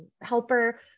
helper